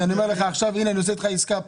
אני אומר לך עכשיו שהנה, אני עושה אתך כאן עסקה.